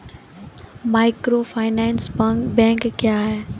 Microfinance bank क्या हैं?